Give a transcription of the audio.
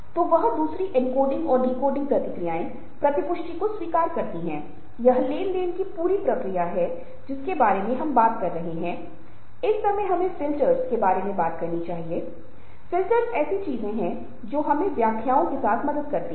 तो वह दूसरी एन्कोडिंग और डिकोडिंग प्रतिक्रियाएं प्रतिपुष्टी को स्वीकार करती हैं यह लेन देन की पूरी प्रक्रिया है जिसके बारे में हम बात कर रहे थे इस समय हमे फिल्टर्स के बारे भी बात करनी चाहिए फ़िल्टर ऐसी चीजें हैं जो हमें व्याख्याओं के साथ मदद करती हैं